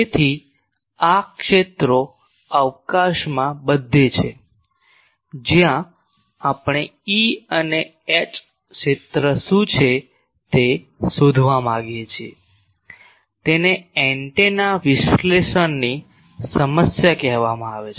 તેથી આ ક્ષેત્રો અવકાશમાં બધે છે જ્યાં આપણે E અને H ક્ષેત્ર શું છે તે શોધવા માંગીએ છીએ તેને એન્ટેના વિશ્લેષણની સમસ્યા કહેવામાં આવે છે